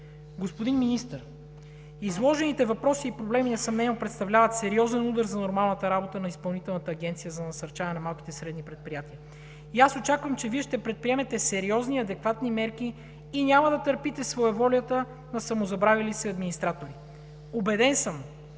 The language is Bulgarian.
Господин Министър, изложените въпроси и проблеми несъмнено представляват сериозен удар за нормалната работа на Изпълнителната агенция за насърчаване на малките и средни предприятия. Аз очаквам, че Вие ще предприемете сериозни и адекватни мерки и няма да търпите своеволията на самозабравили се администратори. Убеден съм,